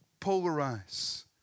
polarize